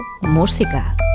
Música